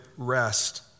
rest